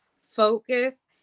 focus